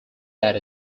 that